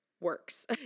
works